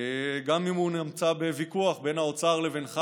גם אם הוא נמצא בוויכוח בין האוצר לבינך